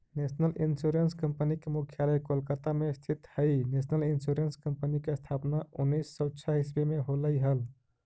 national Insurance Company के मुख्यालय कोलकाता में स्थित हइ नेशनल इंश्योरेंस कंपनी के स्थापना उन्नीस सौ छः ईसवी में होलई हल